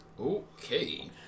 Okay